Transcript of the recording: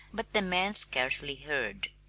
but the man scarcely heard.